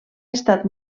estat